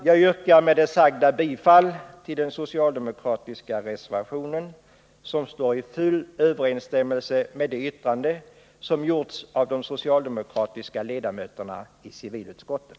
Med det sagda yrkar jag bifall till den socialdemokratiska reservationen, som står i full överensstämmelse med det yttrande som gjorts av de socialdemokratiska ledamöterna i civilutskottet.